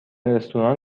رستوران